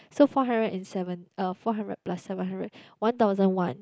so four hundred and seven uh four hundred plus seven hundred one thousand one